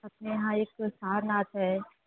अपने यहाँ एक सारनाथ है